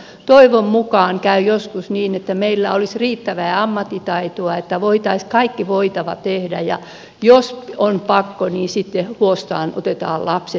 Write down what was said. toivon mukaan käy joskus niin että meillä olisi riittävää ammattitaitoa että voitaisiin kaikki voitava tehdä ja jos on pakko niin sitten huostaanotetaan lapset